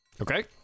Okay